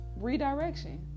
redirection